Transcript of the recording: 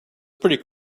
pretty